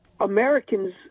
Americans